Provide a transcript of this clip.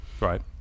right